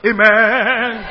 Amen